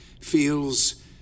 feels